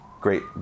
great